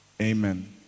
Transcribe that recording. Amen